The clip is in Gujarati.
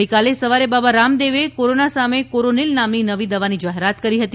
ગઇકાલે સવારે બાબા રામદેવે કોરોના સામે કોરોનીલ નામની નવી દવાની જાહેરાત કરી હતી